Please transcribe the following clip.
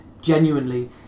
genuinely